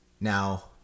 Now